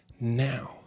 Now